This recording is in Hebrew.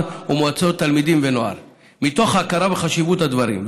ומועצות תלמידים ונוער מתוך הכרה בחשיבות הדברים,